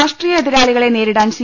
രാഷ്ട്രീയ എതിരാളികളെ നേരിടാൻ സി